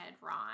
Ron